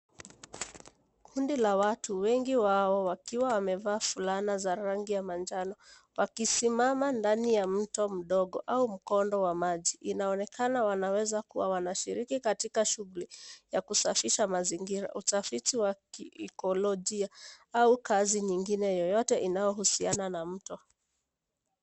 Kundila watu wengi wao wakiwa wamevaa fulana zarangi ya manjano, wakisi mama ndani ya mto mdogo au mkondo wa maji. Inaonekana wanaweza kuwa wanashiriki katika shuguli ya kusafisha mazingira, utafitiwa kisaiklodia au kazi nyingine yoyote inaohusiana na mto.